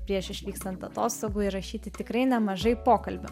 prieš išvykstant atostogų įrašyti tikrai nemažai pokalbių